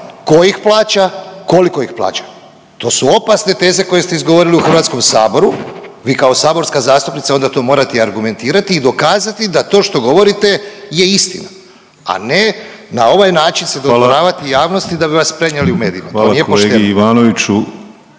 ko ih plaća i koliko ih plaća, to su opasne teze koje ste izgovorili u HS. Vi kao saborska zastupnica onda to morate i argumentirati i dokazati da to što govorite je istina, a ne na ovaj način se dodvoravati…/Upadica Penava: Hvala./…javnosti da bi vas prenijeli u medijima, to nije pošteno.